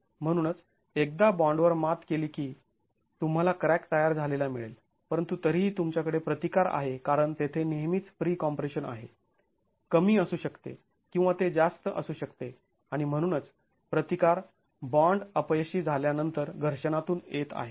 म्हणूनच एकदा बॉंडवर मात केली की तुंम्हाला क्रॅक तयार झालेला मिळेल परंतु तरीही तुमच्याकडे प्रतिकार आहे कारण तेथे नेहमीच प्रीकॉम्प्रेशन आहे कमी असू शकते किंवा ते जास्त असू शकते आणि म्हणूनच प्रतिकार बॉंड अपयशी झाल्यानंतर घर्षणातून येत आहे